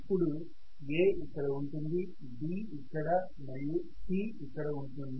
ఇప్పుడు A ఇక్కడ ఉంటుంది B ఇక్కడ మరియు C ఇక్కడ ఉంటుంది